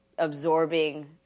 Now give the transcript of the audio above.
absorbing